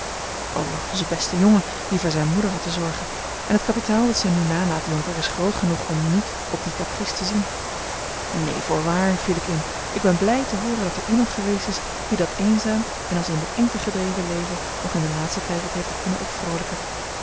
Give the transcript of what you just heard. overigens een beste jongen die voor zijn moeder had te zorgen en t kapitaal dat zij nu nalaat jonker is groot genoeg om niet op die caprice te zien neen voorwaar viel ik in ik ben blij te hooren dat er iemand geweest is die dat eenzaam en als in de engte gedreven leven nog in den laatsten tijd wat heeft kunnen